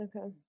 Okay